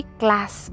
class